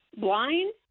blind